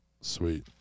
Sweet